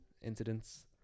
incidents